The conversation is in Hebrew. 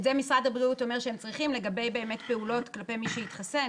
את זה משרד הבריאות אומר שהם צריכים לגבי פעולות כלפי מי שהתחסן,